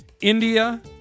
India